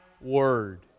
word